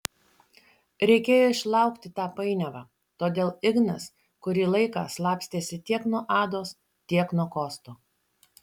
reikėjo išlaukti tą painiavą todėl ignas kurį laiką slapstėsi tiek nuo ados tiek nuo kosto